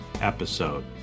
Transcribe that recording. episode